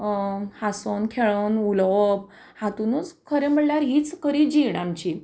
हांसोन खेळोन उलोवप हातुंनूच खरें म्हळ्यार हीच खरी जीण आमची